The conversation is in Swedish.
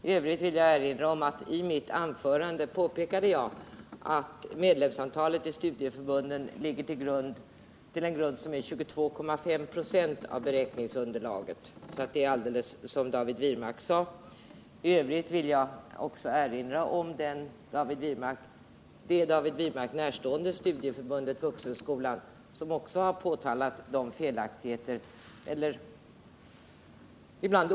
Jag vill vidare erinra om att jag i mitt anförande påpekade att till grund för beräkningen ligger medlemsantalet i studieförbunden, som svarar för 22,5 96 av beräkningsunderlaget. I övrigt vill jag erinra om att det är det David Wirmark närstående studieförbundet Vuxenskolan som har påtalat de felaktigheter, eller ibland t.